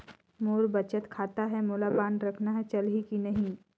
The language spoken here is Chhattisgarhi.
मोर बचत खाता है मोला बांड रखना है चलही की नहीं?